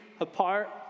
apart